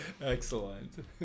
Excellent